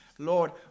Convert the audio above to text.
Lord